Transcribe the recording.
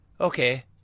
okay